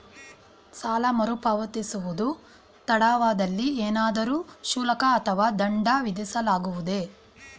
ಸಾಲ ಮರುಪಾವತಿಸುವುದು ತಡವಾದಲ್ಲಿ ಏನಾದರೂ ಶುಲ್ಕ ಅಥವಾ ದಂಡ ವಿಧಿಸಲಾಗುವುದೇ?